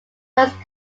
first